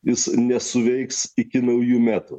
jis nesuveiks iki naujų metų